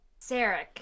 Sarek